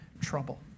trouble